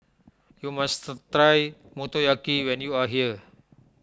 you must try Motoyaki when you are here